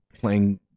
playing